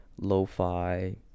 lo-fi